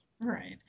Right